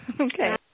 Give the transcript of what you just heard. Okay